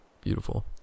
beautiful